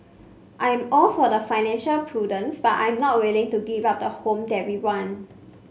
I am all for financial prudence but I am not willing to give up the home that we want